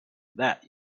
that